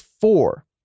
four